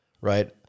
right